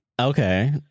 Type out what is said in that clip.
Okay